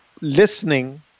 listening